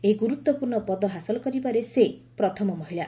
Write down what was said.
ଏହି ଗୁରୁତ୍ୱପୂର୍ଣ୍ଣ ପଦ ହାସଲ କରିବାରେ ସେ ପ୍ରଥମ ମହିଳା